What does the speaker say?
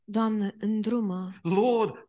Lord